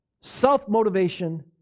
self-motivation